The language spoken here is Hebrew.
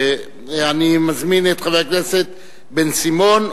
אני מזמין את חבר הכנסת בן-סימון,